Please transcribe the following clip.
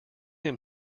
him